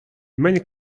many